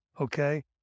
okay